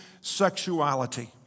sexuality